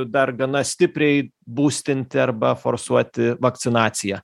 dar gana stipriai bustinti arba forsuoti vakcinaciją